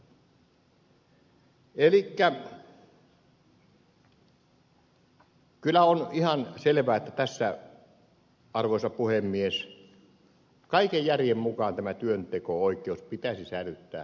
elikkä kyllä on ihan selvää että tässä arvoisa puhemies kaiken järjen mukaan tämä työnteko oikeus pitäisi säilyttää nykyisellään